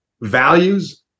values